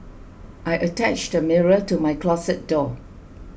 I attached a mirror to my closet door